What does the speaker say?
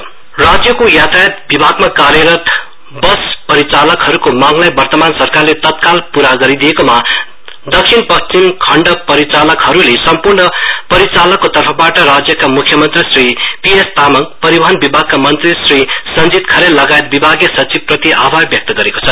SKM राज्यको यातायात विभागमा कार्यरत वस परिचालकहरूको मागलाई वर्तमान सरकारले तत्काल पूरा गरिदिएकोमा दक्षिण पश्चिम खण्ड परिचालकहरूले सम्पूर्ण परिचालकको तर्फबाट राज्यका मुख्यमन्त्री श्री पीएस तामाङ परिवहन विभागका मन्त्री श्री सञ्जीत खरेल लगायत विभागीय सचिवप्रति आभार व्यक्त गरेको छ